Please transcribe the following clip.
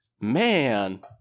man